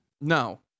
No